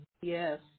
yes